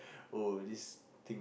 oh this thing